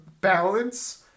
balance